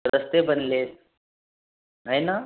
रस्ते बनले हो ना